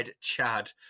Chad